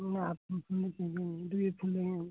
दुइए तीन दिन है ना